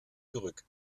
zurück